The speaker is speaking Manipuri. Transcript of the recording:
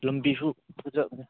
ꯂꯝꯕꯤꯁꯨ ꯐꯖꯕꯅꯦ